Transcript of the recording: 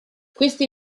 questi